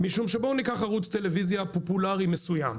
משום שבואו ניקח ערוץ טלוויזיה פופולארי מסוים,